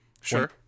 sure